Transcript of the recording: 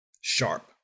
sharp